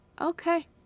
Okay